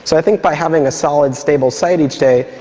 so i think by having a solid stable site each day,